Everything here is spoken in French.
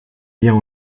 vient